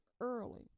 early